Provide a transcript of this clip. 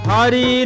Hari